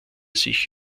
sich